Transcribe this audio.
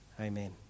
Amen